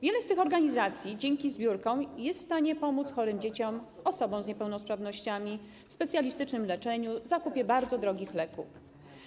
Wiele z tych organizacji dzięki zbiórkom jest w stanie pomóc chorym dzieciom, osobom z niepełnosprawnościami w specjalistycznym leczeniu, zakupie bardzo drogich leków.